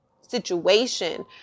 situation